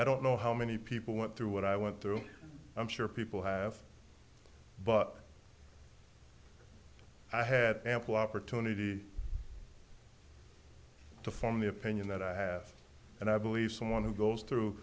don't know how many people went through what i went through i'm sure people have but i had ample opportunity to form the opinion that i have and i believe someone who goes through